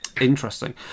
Interesting